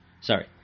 Sorry